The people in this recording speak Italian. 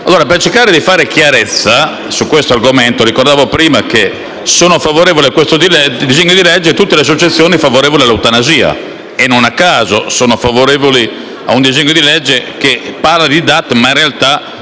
per cercare di fare chiarezza sull'argomento, ricordavo prima come siano favorevoli al disegno di legge al nostro esame tutte le associazioni favorevoli all'eutanasia. Non a caso sono favorevoli a un disegno di legge che parla di DAT, ma in realtà